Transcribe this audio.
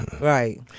Right